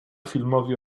filmowi